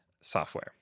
software